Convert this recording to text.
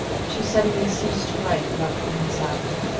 she suddenly ceased to write about coming south.